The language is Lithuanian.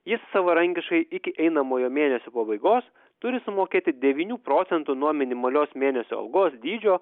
jis savarankiškai iki einamojo mėnesio pabaigos turi sumokėti devynių procentų nuo minimalios mėnesio algos dydžio